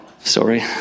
Sorry